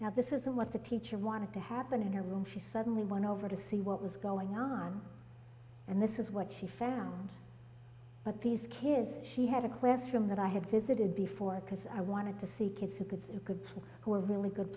now this isn't what the teacher wanted to happen in her room she suddenly won over to see what was going on and this is what she found but these kids she had a classroom that i had visited before because i wanted to see kids who kids could play who are really good